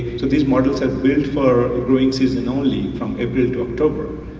so these models have been for rain season only from april to october.